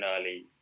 early